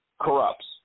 corrupts